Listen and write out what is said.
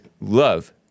love